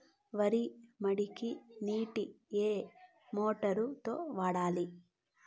వరి మడికి నీటిని ఏ మోటారు తో వాడాలి?